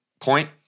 point